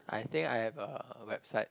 I think I have a website